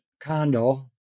condo